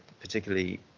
particularly